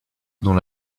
dont